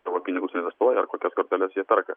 savo pinigus investuoja ar kokias korteles jie perka